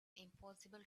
impossible